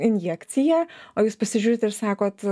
injekciją o jūs pasižiūrit ir sakot